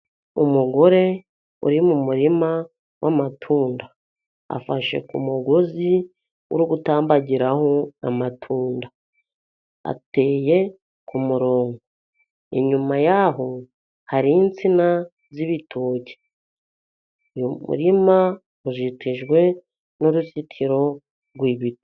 Umugore uri mu murima w'amatunda, afashe ku mugozi uri gutambagiraho amatunda, ateye ku murongo, inyuma yaho hari insina z'ibitoki. Uyu muririma uzitijwe n'uruzitiro rw'ibiti.